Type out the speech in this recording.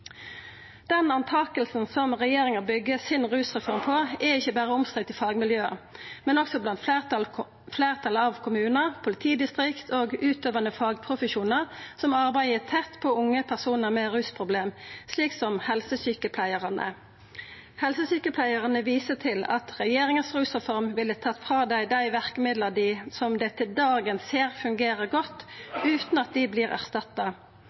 Den trua som regjeringa byggjer si rusreform på, er ikkje berre omstridt i fagmiljøa, men òg blant fleirtalet av kommunane, politidistrikta og utøvande fagprofesjonar som arbeider tett på unge personar med rusproblem, slik som helsesjukepleiarane. Helsesjukepleiarane viser til at regjeringa si rusreform ville tatt frå dei dei verkemidla som dei til dagen ser fungerer godt, utan at dei vert erstatta.